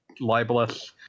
libelous